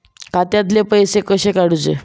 खात्यातले पैसे कसे काडूचे?